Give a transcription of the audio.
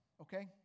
okay